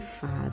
father